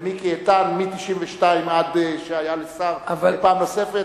ומיקי איתן מ-1992 עד שהיה לשר פעם נוספת,